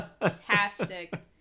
fantastic